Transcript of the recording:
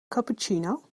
cappuccino